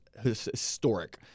historic